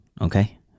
okay